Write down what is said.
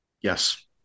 Yes